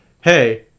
hey